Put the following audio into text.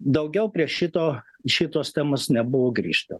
daugiau prie šito šitos temos nebuvo grįžta